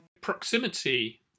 proximity